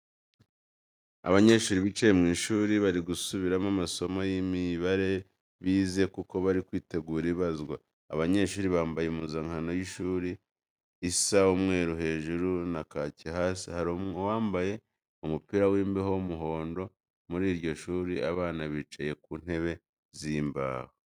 Abanyeshuri bicaye mu ishuri, bari gusubiramo amasomo y'imibare bize, kuko bari kwitegura ibazwa. Abanyeshuri bambaye impuzankano y'ishuri isa umweru hejuru, na kaki hasi, hari n'uwambaye umupira w'imbeho w'umuhondo. Muri iryo shuri, abana bicaye ku ntebe z'imbaho.